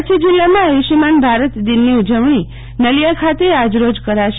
કચ્છ જિલ્લામાં આયુષ્યમાન ભારત દિનની ઉજવણી નલીયા ખાતે આગામી આજરોજ કરાશે